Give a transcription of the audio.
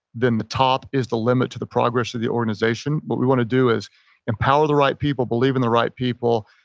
then the top is the limit to the progress of the organization. what we want to do is empower the right people, believe in the right people,